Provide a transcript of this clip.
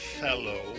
fellow